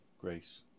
Grace